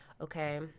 Okay